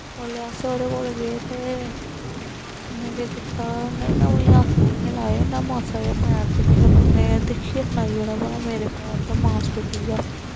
ओल्ले अस ओह्दे कोल गे ते उन्ने केह् कीता उन्ने मिगी हत्थ बी निं लाए ते इ'यां मासा जेया पैरा दिक्खेआ ते उन्ने दिक्खिये सनाई ओड़ेया भला मेरे पैर दा मास टुट्टी गेआ